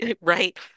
right